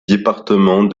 département